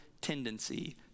tendency